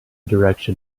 direction